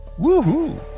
Woohoo